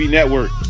Network